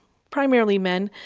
primarily men,